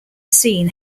seen